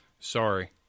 sorry